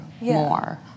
more